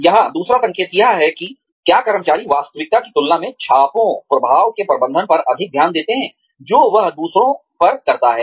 यहां दूसरा संकेत यह है कि क्या कर्मचारी वास्तविकता की तुलना में छापोंप्रभाव के प्रबंधन पर अधिक ध्यान देता है जो वह दूसरों पर करता है